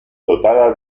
dotada